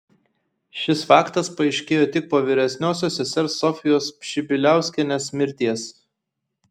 šis faktas paaiškėjo tik po vyresniosios sesers sofijos pšibiliauskienės mirties